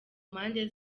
mpande